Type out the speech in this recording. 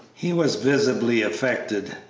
he was visibly affected,